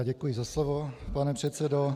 Děkuji za slovo, pane předsedo.